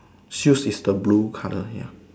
shoes is the blue colour ya